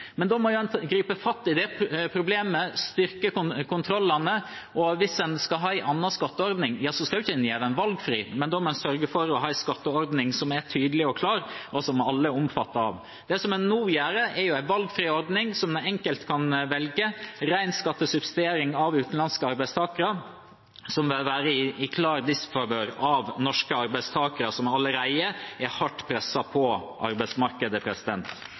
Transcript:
Men da må en gripe fatt i det problemet og styrke kontrollene. Hvis en skal ha en annen skatteordning, skal en ikke gjøre den valgfri, men sørge for å ha en skatteordning som er tydelig og klar, og som alle er omfattet av. Det som en nå vil innføre, er en valgfri ordning som den enkelte kan velge. Dette er en ren skattesubsidiering av utenlandske arbeidstakere, noe som vil være i klar disfavør av norske arbeidstakere, som allerede er hardt presset på arbeidsmarkedet.